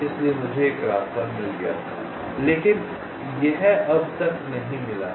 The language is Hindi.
इसलिए मुझे एक रास्ता मिल गया था लेकिन यह अब तक नहीं मिला है